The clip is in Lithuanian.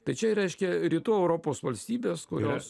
tai čia reiškia rytų europos valstybes kurios